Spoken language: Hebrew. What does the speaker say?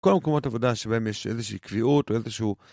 כל המקומות עבודה שבהם יש איזושהי שהיא קביעות או איזה שהוא